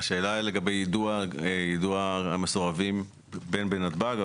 השאלה לגבי יידוע המסורבים בין בנתב"ג,